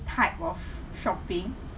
type of shopping